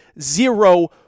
zero